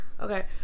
okay